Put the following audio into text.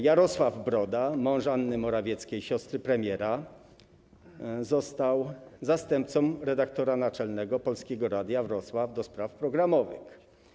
Jarosław Broda, mąż Anny Morawieckiej, siostry premiera, został zastępcą redaktora naczelnego Polskiego Radia Wrocław ds. programowych.